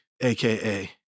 aka